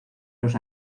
los